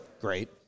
Great